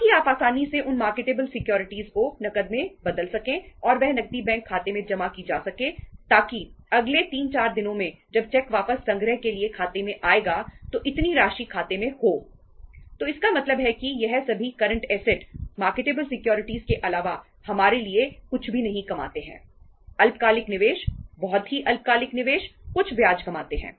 ताकि आप आसानी से उन मार्केटेबल सिक्योरिटीज के अलावा हमारे लिए कुछ भी नहीं कमाते हैं अल्पकालिक निवेश बहुत ही अल्पकालिक निवेश कुछ ब्याज कमाते हैं